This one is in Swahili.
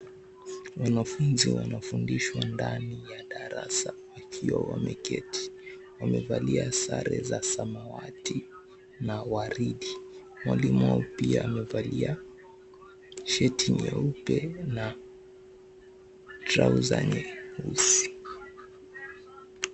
Wanafunzi wanafundishwa ndani ya darasa wakiwa wameketi. Wamevalia sare za samawati na waridi. Mwalimu wao pia amevalia shati nyeupe na trouser nyeusi.